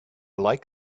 like